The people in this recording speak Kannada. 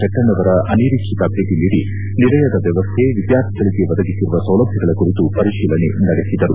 ಶೆಟ್ಟೆಣ್ಣವರ ಅನಿರೀಕ್ಷಿತ ಭೇಟಿ ನೀಡಿ ನಿಲಯದ ವ್ಯವಸ್ಟೆ ವಿದ್ಯಾರ್ಥಿಗಳಿಗೆ ಒದಗಿಸಿರುವ ಸೌಲಭ್ಯಗಳ ಕುರಿತು ಪರಿಶೀಲನೆ ನಡೆಸಿದರು